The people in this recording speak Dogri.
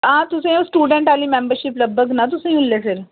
हां तुसें ई स्टूडेंट आह्ली मैंबरशिप लब्भग महां तुसें ई मिलग फ